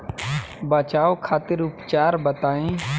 बचाव खातिर उपचार बताई?